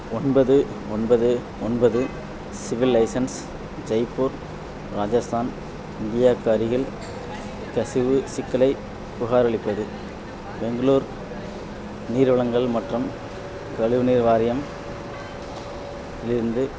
ஒன்பது ஒன்பது ஒன்பது சிவில் லைசன்ஸ் ஜெய்ப்பூர் ராஜஸ்தான் இந்தியாவுக்கு அருகில் கசிவு சிக்கலைப் புகாரளிப்பது பெங்களூர் நீர் வழங்கல் மற்றும் கழிவுநீர் வாரியம் இலிருந்து